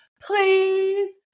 please